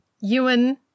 Ewan